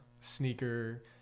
sneaker